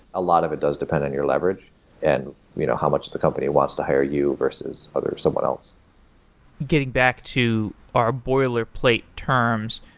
a lot of it does depend on your leverage and you know how much the company wants to hire you, versus others, someone else getting back to our boilerplate terms,